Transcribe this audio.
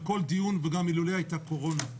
בכל דיון וגם אילולא הייתה קורונה.